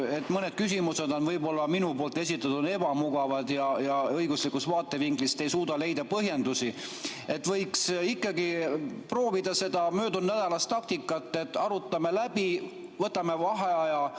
minu küsimused on võib-olla ebamugavad ja õiguslikust vaatevinklist te ei suuda leida põhjendusi, aga võiks ikkagi proovida seda möödunudnädalast praktikat, et arutame läbi, võtame vaheaja